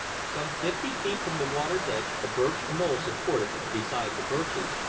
some fifty feet from the water's edge a birch knoll supported, besides the birches,